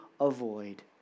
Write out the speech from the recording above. avoid